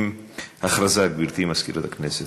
הכרזה, גברתי מזכירת הכנסת.